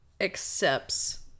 accepts